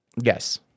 yes